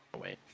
Wait